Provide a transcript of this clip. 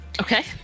okay